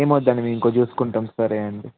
ఏమి వద్దండి మేము ఇంకొకటి చూసుకుంటాం సరే అండి